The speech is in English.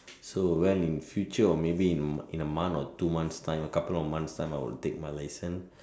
so well in future or maybe in in a month or two months time a couple of months time I will take my license